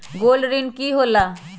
Gold ऋण की होला?